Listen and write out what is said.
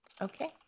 Okay